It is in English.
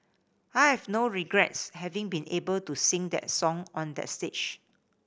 I have no regrets having been able to sing that song on that stage